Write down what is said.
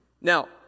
Now